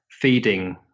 feeding